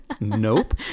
nope